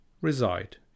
reside